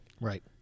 Right